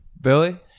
Billy